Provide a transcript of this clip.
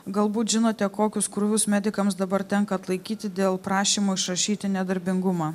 galbūt žinote kokius krūvius medikams dabar tenka atlaikyti dėl prašymų išrašyti nedarbingumą